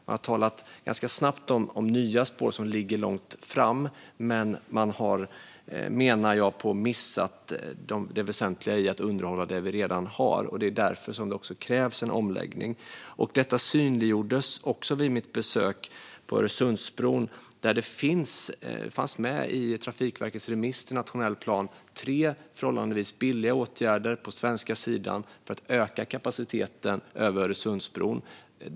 Man har talat ganska snabbt om nya spår som ligger långt fram i tiden. Jag menar att man har missat det väsentliga i att underhålla det vi redan har. Det är också därför som det krävs en omläggning. Det synliggjordes vid mitt besök på Öresundsbron. I Trafikverkets remiss till nationell plan fanns det tre förhållandevis billiga åtgärder på den svenska sidan för att öka kapaciteten över Öresundsbron.